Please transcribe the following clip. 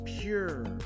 Pure